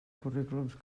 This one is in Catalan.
currículums